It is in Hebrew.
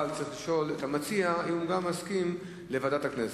אבל צריך לשאול את המציע אם גם הוא מסכים לוועדת הכנסת.